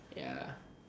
ya